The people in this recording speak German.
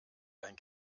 dein